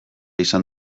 izan